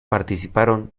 participaron